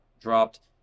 dropped